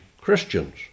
Christians